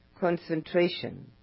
concentration